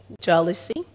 jealousy